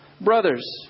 brothers